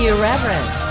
Irreverent